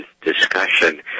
discussion